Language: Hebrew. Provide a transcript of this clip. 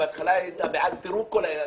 ובהתחלה היית בעד פירוק כל התאגידים.